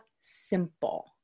simple